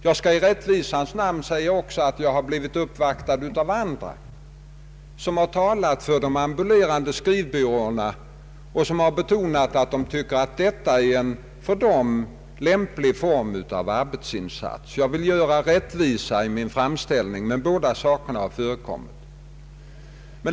Jag skall i rättvisans namn också säga att jag har blivit uppvaktad av andra som har talat för de ambulerande skrivbyråerna och betonat att de tycker att detta är en för dem lämplig form av arbetsinsats. Jag vill göra rättvisa i min framställning; båda sakerna har förekommit.